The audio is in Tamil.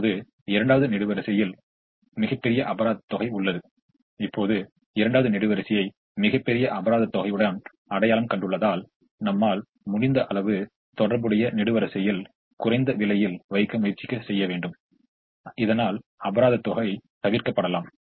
இப்போது இரண்டாவது நெடுவரிசையில் மிகப்பெரிய அபராத தொகை உள்ளது இப்போது இரண்டாவது நெடுவரிசையை மிகப் பெரிய அபராத தொகையுடன் அடையாளம் கண்டுள்ளதால் நம்மால் முடிந்த அளவு தொடர்புடைய நெடுவரிசையில் குறைந்த விலையில் வைக்க முயற்சி செய்ய வேண்டும் இதனால் அபராத தொகை தவிர்க்கப்படலாம்